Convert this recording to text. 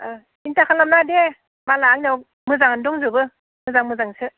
सिन्था खालाम नाङा दे मालआ आंनियाव मोजाङानो दंजोबो मोजां मोजांसो